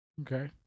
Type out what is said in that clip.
Okay